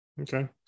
Okay